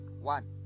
One